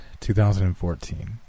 2014